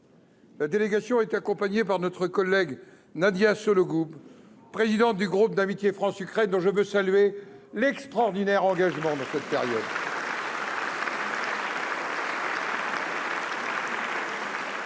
La délégation est accompagnée par notre collègue Nadia Sollogoub, présidente du groupe d'amitié France-Ukraine, dont je veux saluer l'extraordinaire engagement en cette période.